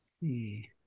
See